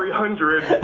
hundred,